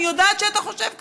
אני יודעת שאתה חושב ככה.